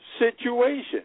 situation